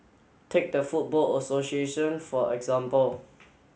take the football association for example